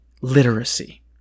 literacy